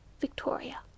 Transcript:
victoria